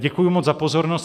Děkuju moc pozornost.